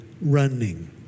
running